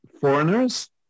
foreigners